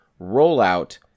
Rollout